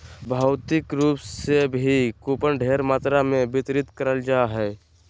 भौतिक रूप से भी कूपन ढेर मात्रा मे वितरित करल जा हय